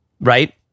right